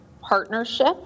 partnership